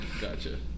gotcha